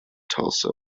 tulsa